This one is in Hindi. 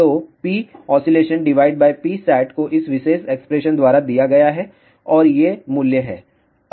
तो PoscPsatको इस विशेष एक्सप्रेशन द्वारा दिया गया है और ये मूल्य हैं